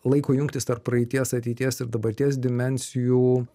laiko jungtys tarp praeities ateities ir dabarties dimensijų